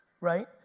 right